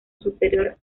superior